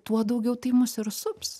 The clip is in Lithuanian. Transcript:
tuo daugiau tai mus ir sups